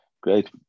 great